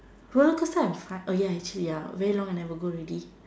will first time I try oh ya it's true very long time I never go already